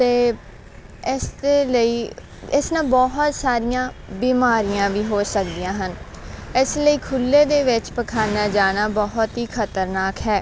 ਅਤੇ ਇਸ ਦੇ ਲਈ ਇਸ ਨਾਲ ਬਹੁਤ ਸਾਰੀਆਂ ਬਿਮਾਰੀਆਂ ਵੀ ਹੋ ਸਕਦੀਆਂ ਹਨ ਇਸ ਲਈ ਖੁੱਲੇ ਦੇ ਵਿੱਚ ਪਖਾਨਾ ਜਾਣਾ ਬਹੁਤ ਹੀ ਖਤਰਨਾਕ ਹੈ